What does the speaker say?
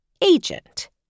agent